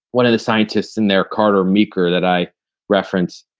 one of the scientists in there, carter meeker, that i reference,